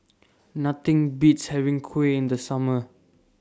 Nothing Beats having Kuih in The Summer